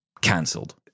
cancelled